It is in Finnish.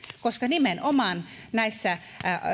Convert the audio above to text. nimenomaan näissä